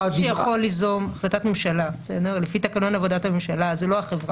מי שיכול ליזום החלטת ממשלה לפי תקנון עבודת הממשלה זה לא החברה,